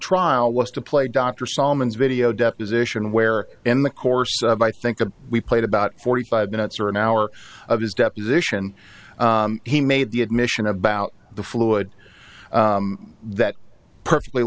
trial was to play dr solomon's video deposition where in the course of i think of we played about forty five minutes or an hour of his deposition he made the admission about the fluid that perfectly